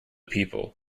people